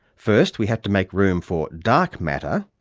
first, we had to make room for dark matter,